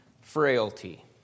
frailty